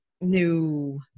new